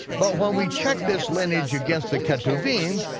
but when we check this lineage against the ketuvim,